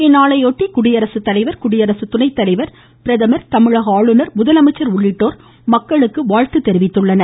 இந்நாளையொட்டி குடியரசுத்தலைவர் குடியரசு துணைத்தலைவர் பிரதமர் தமிழக ஆளுநர் முதலமைச்சர் உள்ளிட்டோர் வாழ்த்து தெரிவித்துள்ளனர்